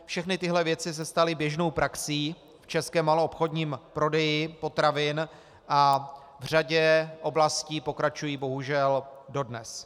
Všechny tyhle věci se staly běžnou praxí v českém maloobchodním prodeji potravin a v řadě oblastí pokračují bohužel dodnes.